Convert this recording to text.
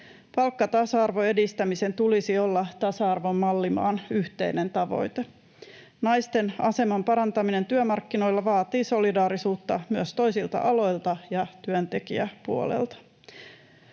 Palkkatasa-arvon edistämisen tulisi olla tasa-arvon mallimaan yhteinen tavoite. Naisten aseman parantaminen työmarkkinoilla vaatii solidaarisuutta myös toisilta aloilta ja työntekijäpuolelta.